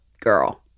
girl